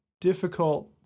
difficult